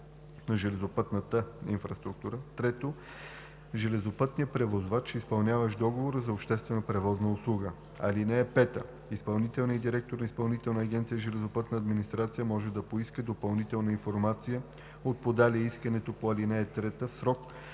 на железопътната инфраструктура; 3. железопътния превозвач, изпълняващ договора за обществена превозна услуга. (5) Изпълнителният директор на Изпълнителна агенция „Железопътна администрация“ може да поиска допълнителна информация от подалия искането по ал. 3 в срок